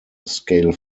scale